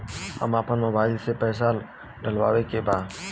हम आपन मोबाइल में पैसा डलवावे के बा?